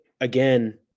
again